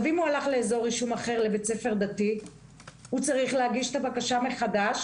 אם הוא הלך לאזור רישום אחר לבית ספר דתי הוא צריך להגיש את הבקשה מחדש,